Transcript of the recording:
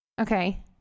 Okay